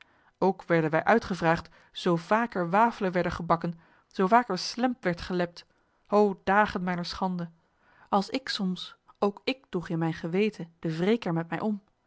werden wij uitgevraagd zoo vaak er wafelen werden gebakken zoo vaak er slemp werd gelept o dagen mijner schande als ik soms ook ik droeg in mijn geweten den wreker met mij om